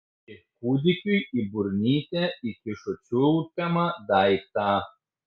ji kūdikiui į burnytę įkišo čiulpiamą daiktą